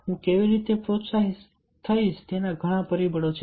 હું કેવી રીતે પ્રોત્સાહિત થઈશ તેના ઘણા પરિબળો છે